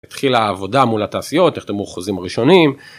התחילה העבודה מול התעשיות נחתמו החוזים הראשונים.